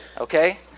Okay